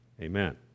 amen